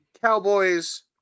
Cowboys